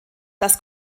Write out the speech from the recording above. das